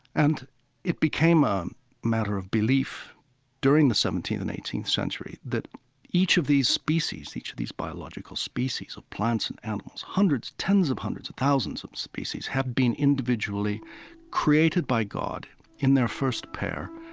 and it became a matter of belief during the seventeenth and eighteenth century that each of these species, each of these biological species of plants and animals, hundreds, tens of hundreds of thousands of species had been individually created by god in their first pair